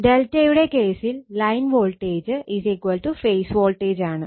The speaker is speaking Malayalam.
Δ യുടെ കേസിൽ ലൈൻ വോൾട്ടേജ് ഫേസ് വോൾട്ടേജ് ആണ്